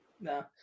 No